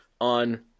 on